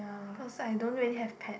cause I don't really have pet